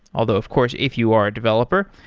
although of course if you are a developer,